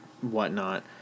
whatnot